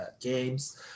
games